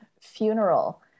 funeral